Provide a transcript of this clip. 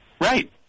Right